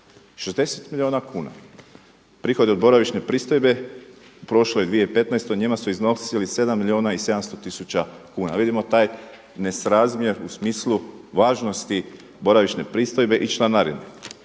60 milijuna kuna. Prihodi od boravišne pristojbe prošloj 2015. njima su iznosili 7 milijuna i 700 tisuća kuna. Vidimo taj nesrazmjer u smislu važnosti boravišne pristojbe i članarine.